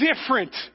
different